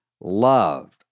loved